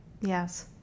yes